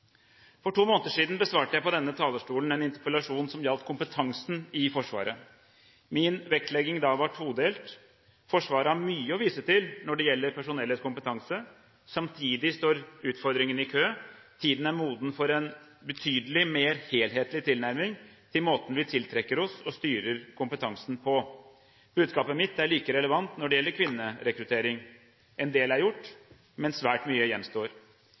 For to måneder siden besvarte jeg fra denne talerstolen en interpellasjon som gjaldt kompetansen i Forsvaret. Min vektlegging da var todelt: Forsvaret har mye å vise til når det gjelder personellets kompetanse – samtidig står utfordringene i kø. Tiden er moden for en betydelig mer helhetlig tilnærming til måten vi tiltrekker oss og styrer kompetansen på. Budskapet mitt er like relevant når det gjelder kvinnerekruttering. En del er gjort, men svært mye gjenstår.